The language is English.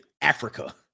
Africa